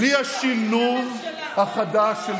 בלי השילוב החדש של big money ו-big data.